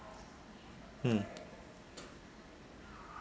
mm